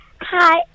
Hi